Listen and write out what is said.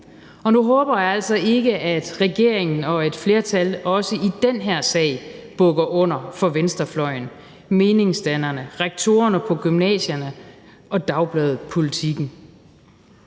Og nu håber jeg altså ikke, at regeringen og et flertal også i den her sag bukker under for venstrefløjen, meningsdannerne, rektorerne på gymnasierne og Dagbladet Politiken.